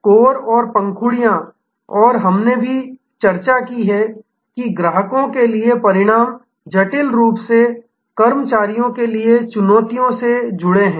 core और पंखुड़ियों और हमने यह भी चर्चा की है कि ग्राहकों के लिए परिणाम जटिल रूप से कर्मचारियों के लिए चुनौतियों से जुड़े हैं